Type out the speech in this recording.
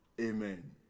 Amen